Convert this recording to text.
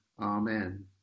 Amen